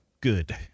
good